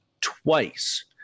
twice